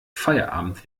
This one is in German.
feierabend